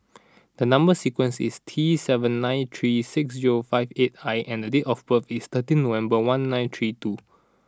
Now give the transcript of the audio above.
the number sequence is T seven nine three six zero five eight I and the date of birth is thirteen October one nine three two